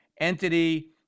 entity